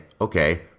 okay